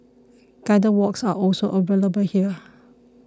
guided walks are also available here